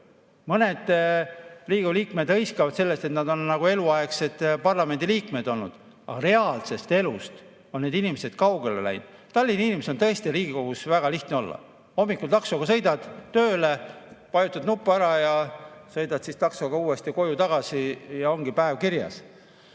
Mõned Riigikogu liikmed hõiskavad sellest, et nad on eluaegsed parlamendiliikmed olnud, aga reaalsest elust on need inimesed kaugele läinud. Tallinna inimesel on tõesti Riigikogus väga lihtne olla. Hommikul taksoga sõidad tööle, vajutad nupu ära ja sõidad siis taksoga uuesti koju tagasi, ja ongi päev kirjas.